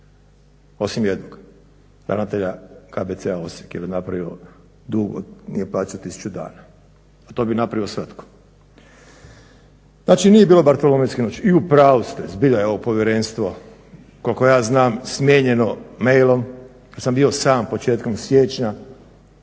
osim jednog ravnatelja KBC Osijek jer je napravio dug, nije plaćao 1000 dana. To bi napravio svatko. Znači, nije bilo Bartolomejske noći i u pravu ste, zbilja evo povjerenstvo koliko ja znam smijenjeno mailom, kad sam bio sam početkom siječnja